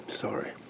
Sorry